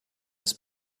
his